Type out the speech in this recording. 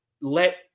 Let